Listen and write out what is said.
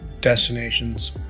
destinations